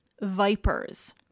Vipers